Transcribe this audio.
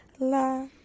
La